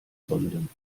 sonden